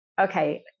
okay